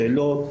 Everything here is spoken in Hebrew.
שאלות.